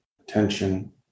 attention